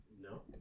No